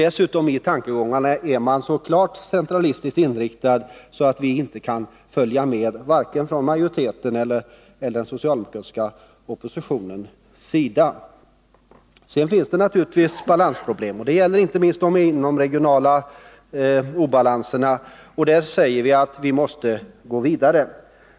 Dessutom är man i tankegångarna så klart centralistiskt inriktad att varken majoriteten eller den socialdemokratiska oppositionen kan följa med. Sedan finns det naturligtvis balansproblem. Det gäller inte minst de inomregionala obalanserna. Vi säger här att vi måste gå vidare.